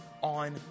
on